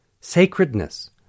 Sacredness